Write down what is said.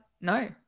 no